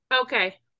Okay